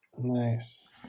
Nice